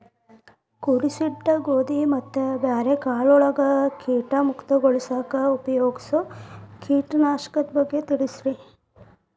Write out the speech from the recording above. ಕೂಡಿಸಿಟ್ಟ ಗೋಧಿ ಮತ್ತ ಬ್ಯಾರೆ ಕಾಳಗೊಳ್ ಕೇಟ ಮುಕ್ತಗೋಳಿಸಾಕ್ ಉಪಯೋಗಿಸೋ ಕೇಟನಾಶಕದ ಬಗ್ಗೆ ತಿಳಸ್ರಿ